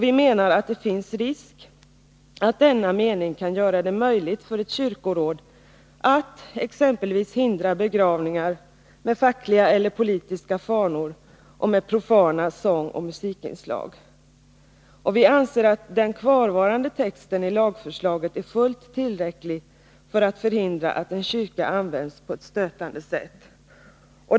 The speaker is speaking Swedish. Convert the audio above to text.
Vi anser att det finns risk för att denna mening kan göra det möjligt för ett kyrkoråd att exempelvis hindra begravningar med fackliga eller politiska fanor och med profana sångoch musikinslag. Vi anser att den kvarvarande texten i lagförslaget är fullt tillräcklig för att förhindra att en kyrka används på ett stötande sätt.